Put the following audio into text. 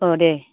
औ दे